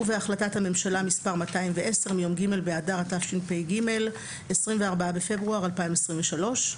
ובהחלטת הממשלה מס' 210 מיום ג' באדר התשפ"ג (24 בפברואר 2023),